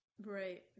right